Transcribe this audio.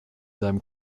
seinem